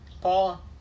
Paul